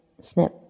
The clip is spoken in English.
snip